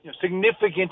significant